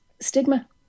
stigma